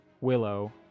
Willow